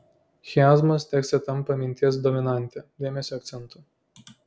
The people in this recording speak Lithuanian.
chiazmas tekste tampa minties dominante dėmesio akcentu